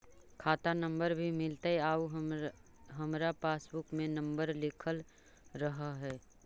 खाता नंबर भी मिलतै आउ हमरा पासबुक में नंबर लिखल रह है?